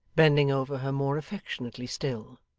bending over her more affectionately still